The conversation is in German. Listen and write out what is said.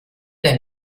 der